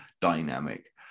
Dynamic